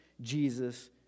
Jesus